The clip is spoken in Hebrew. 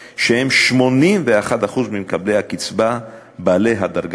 שהם 81% ממקבלי הקצבה בעלי הדרגה המלאה.